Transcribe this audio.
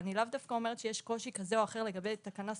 אני לאו דווקא אומרת שיש קושי כזה או אחר לגבי תקנה ספציפית,